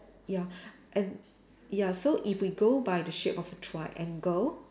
ya and ya so if we go by the shape of the triangle